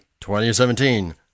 2017